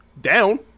down